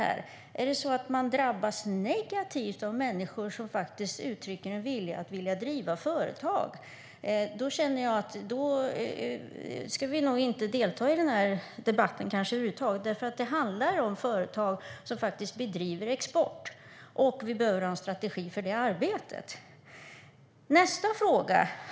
Är det så att man drabbas negativt av människor som uttrycker en vilja att driva företag? Då ska vi kanske inte delta i debatten över huvud taget, för det handlar ju om företag som bedriver export och att vi behöver ha en strategi för det arbetet. Så till nästa fråga.